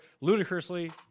ludicrously